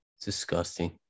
Disgusting